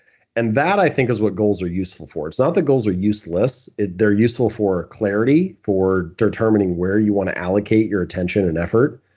and that i think is what goals are useful for. it's not the goals are useless. they're useful for clarity, for determining where you want to allocate your attention and effort,